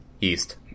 East